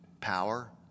Power